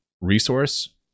resource